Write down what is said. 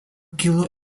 kilo